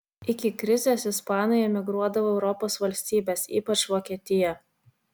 iki krizės ispanai emigruodavo į europos valstybes ypač vokietiją